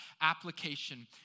application